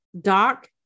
Doc